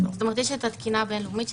יש התקינה הבין-לאומית.